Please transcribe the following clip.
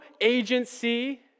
agency